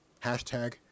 Hashtag